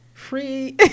free